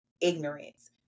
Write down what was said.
ignorance